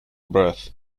breath